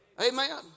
amen